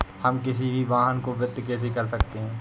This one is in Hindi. हम किसी भी वाहन को वित्त कैसे कर सकते हैं?